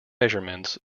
measurements